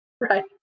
Right